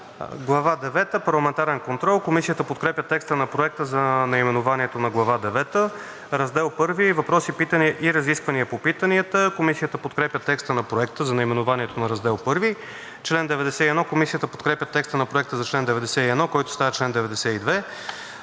„Глава девета –Парламентарен контрол“. Комисията подкрепя текста на Проекта за наименованието на Глава девета. „Раздел I – Въпроси, питания и разисквания по питанията“. Комисията подкрепя текста на Проекта за наименованието на Раздел I. Комисията подкрепя текста на Проекта за чл. 91, който става чл. 92.